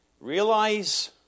realize